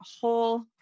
whole